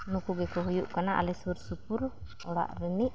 ᱱᱩᱠᱩ ᱜᱮᱠᱚ ᱦᱩᱭᱩᱜ ᱠᱟᱱᱟ ᱟᱞᱮ ᱥᱩᱨᱥᱩᱯᱩᱨ ᱚᱲᱟᱜ ᱨᱮᱱᱤᱡ